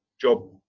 job